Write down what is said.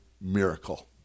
miracle